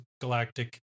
Galactic